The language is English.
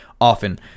often